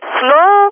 slow